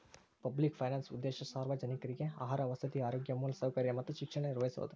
public finance ಉದ್ದೇಶ ಸಾರ್ವಜನಿಕ್ರಿಗೆ ಆಹಾರ ವಸತಿ ಆರೋಗ್ಯ ಮೂಲಸೌಕರ್ಯ ಮತ್ತ ಶಿಕ್ಷಣ ನಿರ್ವಹಿಸೋದ